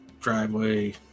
driveway